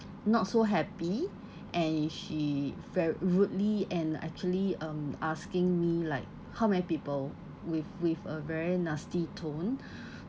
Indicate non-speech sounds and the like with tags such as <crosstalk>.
not so happy and she ver~ rudely and actually um asking me like how many people with with a very nasty tone <breath>